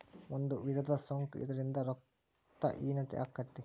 ಒಂದು ವಿಧದ ಸೊಂಕ ಇದರಿಂದ ರಕ್ತ ಹೇನತೆ ಅಕ್ಕತಿ